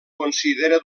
considera